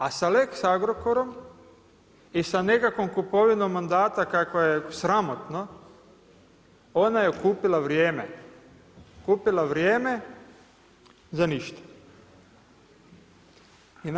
A sa lex Agrokorom i sa nekakvom kupovinom mandata kakva je sramotna ona je kupila vrijeme, kupila vrijeme za ništa.